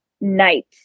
night